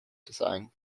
design